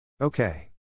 Okay